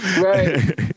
right